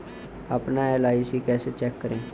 अपना एल.आई.सी कैसे चेक करें?